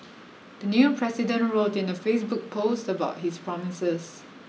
the new president wrote in a Facebook post about his promises